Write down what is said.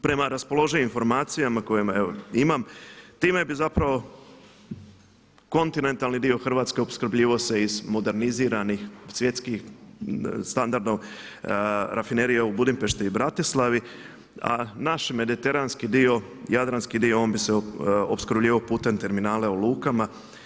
Prema raspoloživim informacijama koje imam, time bi zapravo kontinentalno dio Hrvatske opskrbljivo se iz moderniziranih svjetskih standardno rafinerija u Budimpešti i Bratislavi, a naš mediteranski dio, jadranski dio on bi se opskrbljivao putem terminale u lukama.